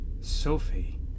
Sophie